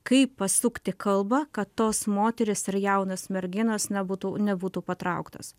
kaip pasukti kalbą kad tos moterys ir jaunos merginos nebūtų nebūtų patrauktos